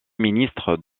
ministre